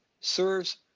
serves